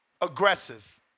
Aggressive